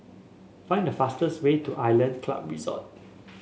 find the fastest way to Island Club Resort